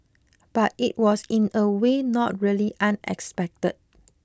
but it was in a way not really unexpected